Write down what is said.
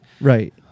Right